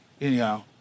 Anyhow